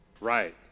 Right